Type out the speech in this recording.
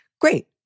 Great